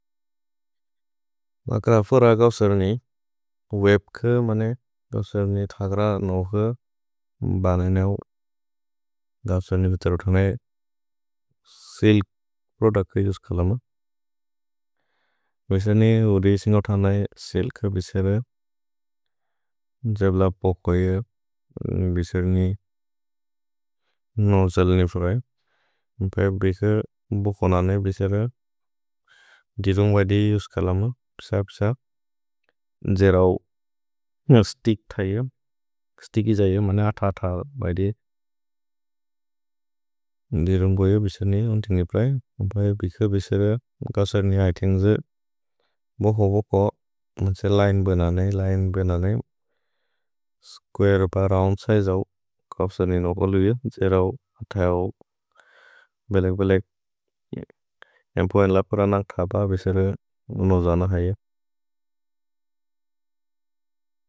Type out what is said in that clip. अग्र फुर गौसर्नि वेब्के मने गौसर्नि थग्र नौके बनेनेउ। दौसर्नि विछर् उतने सिल्क् प्रोदुक् युस्कलम्। विछर्नि उरि इसिन्ग् उतने सिल्क् विछर जब्ल पोक् कोये। विछर्नि नोजल्ने फुर म्पए बिखे बोकोनाने विछर दिरुम् बैदे युस्कलम। साब् साब् जेरौ स्तिक् थये स्तिक् इजये मने अथ अथ बैदे। दिरुम् बोये विछर्नि अन्तिनिप्रए म्पए बिखे विछर गौसर्नि ऐथिन्जे बोको। भोको से लिने बनने लिने बनने। स्कुअरे प रोउन्द् सिजे औ गौसर्नि नौके लुइअ जेरौ अथ औ बेलेग् बेलेग् एम्पोएन् लबुर न कब विछर नोजल्ने हैय।